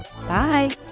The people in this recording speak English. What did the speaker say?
Bye